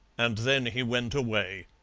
and then he went away.